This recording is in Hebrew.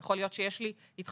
יכול להיות שיש לי התחייבויות,